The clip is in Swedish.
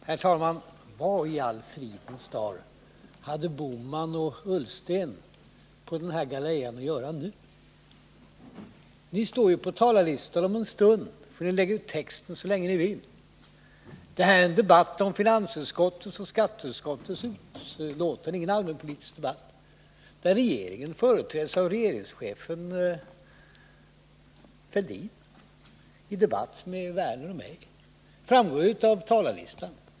Herr talman! Vad i all fridens dar hade Gösta Bohman och Ola Ullsten på den här galejan att göra nu? Ni står ju på talarlistan och kan om en stund lägga ut texten så länge ni vill. Det här är ingen allmänpolitisk debatt, utan en debatt om finansutskottets och skatteutskottets betänkanden, där regeringen företräds av regeringschefen Fälldin i debatt med Lars Werner och mig. Det framgår av talarlistan.